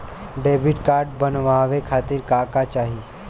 Debit card बनवावे खातिर का का चाही?